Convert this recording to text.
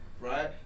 right